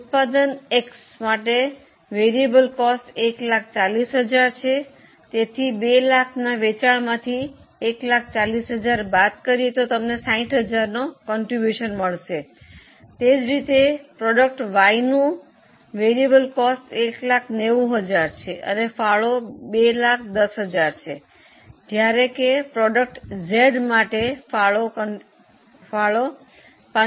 ઉત્પાદન X માટે ચલિત ખર્ચ 140000 છે તેથી 200000 ના વેચાણ માંથી 140000 બાદ કરીએ તો તમને 60000 નો ફાળો મળશે તે જ રીતે ઉત્પાદન Y નું કુલ ચલિત ખર્ચ 190000 છે અને ફાળો 210000 છે જ્યારે કે ઉત્પાદન Z માટે ફાળો 75000 છે